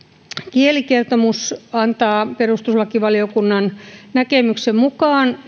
kielikertomus antaa perustuslakivaliokunnan näkemyksen mukaan